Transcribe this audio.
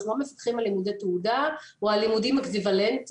אנחנו לא מפקחים על לימודי תעודה או על לימודים אקוויוולנטיים,